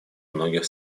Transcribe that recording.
многих